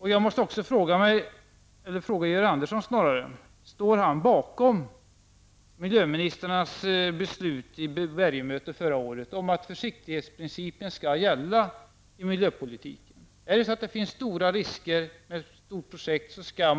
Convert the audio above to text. Jag måste också fråga Georg Andersson om han står bakom miljöministrarnas beslut vid Bergenmötet förra året om att försiktighetsprincipen skall gälla i miljöpolitiken; man skall inte chansa om det finns stora risker med ett stort projekt.